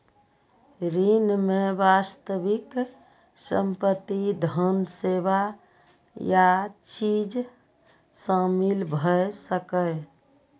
ऋण मे वास्तविक संपत्ति, धन, सेवा या चीज शामिल भए सकैए